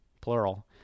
plural